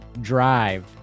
drive